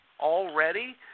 already